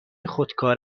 خودکار